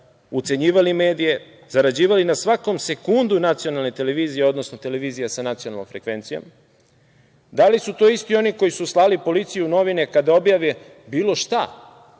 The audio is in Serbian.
ucenjivali medije, zarađivali na svakoj sekundi nacionalne televizije, odnosno televizija sa nacionalnom frekvencijom? Da li su to isti oni koji su slali policiju u novine kada objave bilo šta